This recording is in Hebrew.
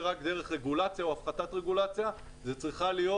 זה רק דרך רגולציה או הפחתת רגולציה אלא זאת צריכה להיות